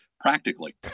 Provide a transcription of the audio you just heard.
practically